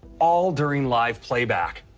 all during live playback.